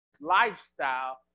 lifestyle